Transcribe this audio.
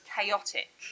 chaotic